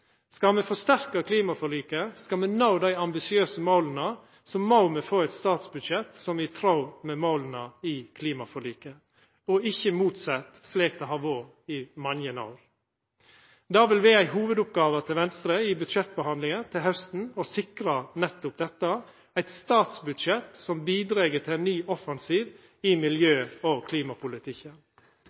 Skal me forsterka klimaforliket, skal me nå dei ambisiøse måla, må me få eit statsbudsjett som er i tråd med måla i klimaforliket, og ikkje motsett, slik det har vore i mange år. Det vil vera ei hovudoppgåve for Venstre i budsjettbehandlinga til hausten å sikra nettopp dette: eit statsbudsjett som bidreg til ein ny offensiv i miljø- og klimapolitikken.